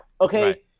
okay